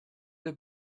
have